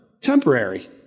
temporary